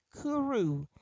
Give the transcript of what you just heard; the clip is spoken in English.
Kuru